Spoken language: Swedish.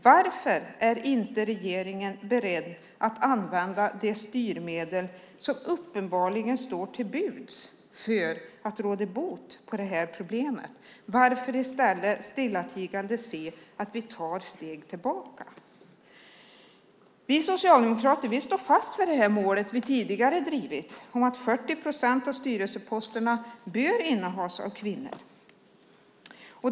Varför är inte regeringen beredd att använda de styrmedel som uppenbarligen står till buds för att råda bot på det här problemet? Varför i stället stillatigande se att vi tar steg tillbaka? Vi socialdemokrater står fast vid det mål vi tidigare drivit om att 40 procent av styrelseposterna bör innehas av kvinnor.